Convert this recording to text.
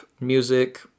music